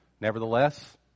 nevertheless